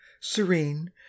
serene